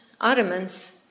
Ottomans